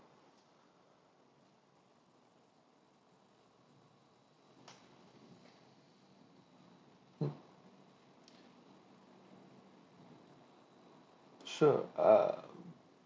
mm sure uh